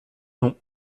non